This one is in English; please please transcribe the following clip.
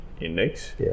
index